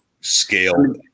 scale